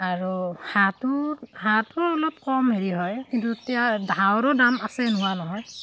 আৰু হাঁহটো হাঁহটো অলপ কম হেৰি হয় কিন্তু এতিয়া হাঁহৰো দাম আছে নোহোৱা নহয়